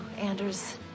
Anders